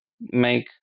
make